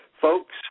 Folks